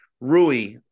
Rui